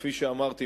כפי שאמרתי,